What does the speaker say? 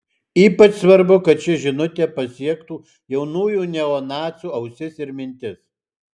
ypač svarbu kad ši žinutė pasiektų jaunųjų neonacių ausis ir mintis